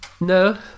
No